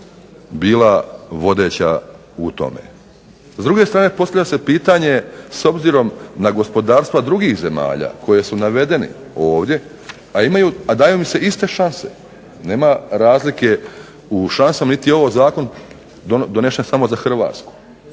bila vodeća u tome. S druge strane postavlja se pitanje s obzirom na gospodarstva drugih zemalja koje su navedene ovdje, a daju im se iste šanse, nema razlike u šansama niti je ovo zakon donesen samo za Hrvatsku.